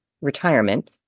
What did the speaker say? retirement